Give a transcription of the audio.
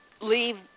leave